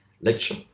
lecture